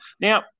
Now